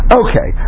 okay